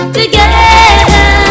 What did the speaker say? together